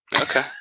Okay